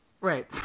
Right